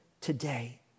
today